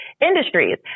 industries